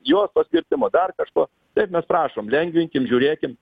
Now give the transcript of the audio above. juostos kirtimo dar kažko taip mes prašom lengvinkim žiūrėkim